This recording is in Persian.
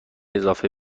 اضافه